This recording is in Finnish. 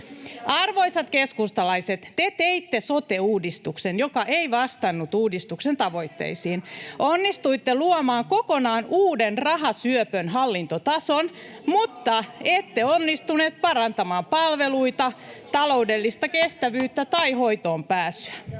Arvoisat keskustalaiset, te teitte sote-uudistuksen, joka ei vastannut uudistuksen tavoitteisiin. Onnistuitte luomaan kokonaan uuden rahasyöpön hallintotason, mutta ette onnistuneet parantamaan palveluita, taloudellista kestävyyttä tai hoitoonpääsyä.